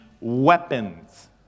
weapons